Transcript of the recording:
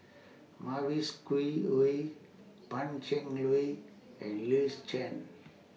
Mavis Khoo Oei Pan Cheng Lui and Louis Chen